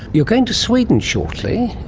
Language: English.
you're going to sweden shortly,